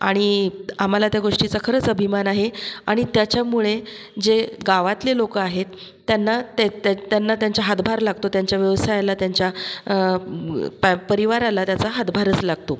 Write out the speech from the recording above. आणि आम्हाला त्या गोष्टीचा खरंच अभिमान आहे आणि त्याच्यामुळे जे गावातले लोक आहेत त्यांना ते ते त्यांना त्यांच्या हातभार लागतो त्यांच्या व्यवसायाला त्यांच्या पा परिवाराला त्याचा हातभारच लागतो